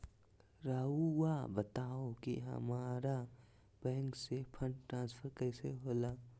राउआ बताओ कि हामारा बैंक से फंड ट्रांसफर कैसे होला?